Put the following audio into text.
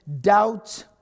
doubt